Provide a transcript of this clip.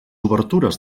obertures